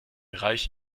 bereich